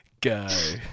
go